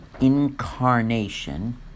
Incarnation